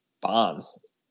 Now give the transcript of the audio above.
bonds